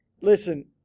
Listen